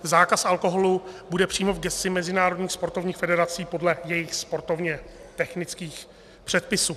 Zákaz alkoholu bude přímo v gesci mezinárodních sportovních federací podle jejich sportovně technických předpisů.